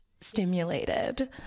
stimulated